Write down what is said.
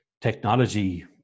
technology